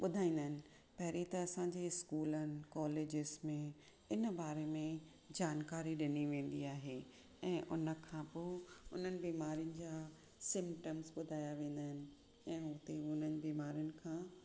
ॿुधाईंदा आहिनि पहिरीं त असांजे स्कूलनि कॉलेजिस में इन बारे में जानकारी ॾिनी वेंदी आहे ऐं उन खां पोइ उन्हनि बीमारीयुनि जा सिमटम्स ॿुधायां वेंदा आहिनि ऐं हुते हुननि बीमारीयुनि खां